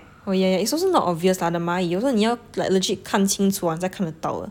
oh yeah yeah it's also not obvious lah the 蚂蚁有时候你要 legit 看清楚你才看得到的